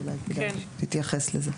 כדאי שהיא תתייחס לזה.